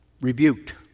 Rebuked